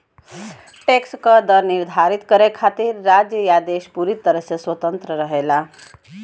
tax क दर निर्धारित करे खातिर राज्य या देश पूरी तरह से स्वतंत्र रहेला